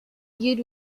viewed